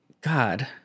God